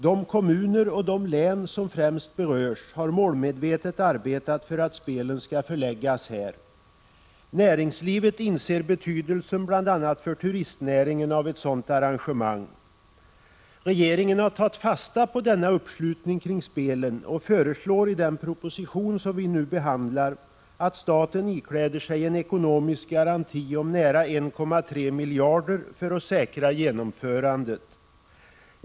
De kommuner och län som främst berörs har målmedvetet arbetat för att spelen skall förläggas till Sverige. Näringslivet inser vilken betydelse ett sådant arrange mang har för bl.a. turistnäringen. Regeringen har tagit fasta på denna uppslutning kring spelen och föreslår i den proposition som vi nu behandlar. att staten ikläder sig en ekonomisk garanti om nära 1,3 miljarder för att säkra genomförandet av spelen.